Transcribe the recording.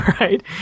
right